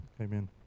amen